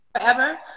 forever